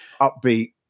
upbeat